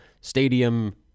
stadium